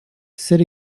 sit